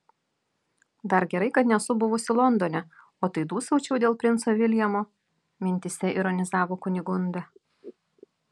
dar gerai kad nesu buvusi londone o tai dūsaučiau dėl princo viljamo mintyse ironizavo kunigunda